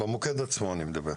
במוקד עצמו אני מדבר,